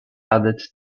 added